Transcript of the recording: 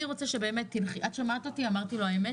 הוא שאל אם שמעתי אותו ואמרתי האמת?